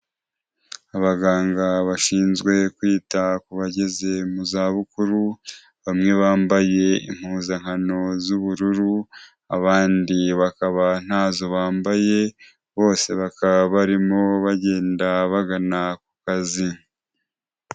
Abaganga bashinzwe kwita ku bageze mu zabukuru, bamwe bambaye impuzankano z'ubururu, abandi bakaba ntazo bambaye, bose bakaba barimo bagenda bagana ku kazi.